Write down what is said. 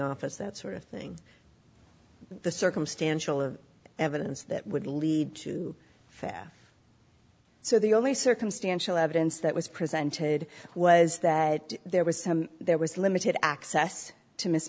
office that sort of thing the circumstantial evidence that would lead to faff so the only circumstantial evidence that was presented was that there was some there was limited access to miss